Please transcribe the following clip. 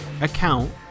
account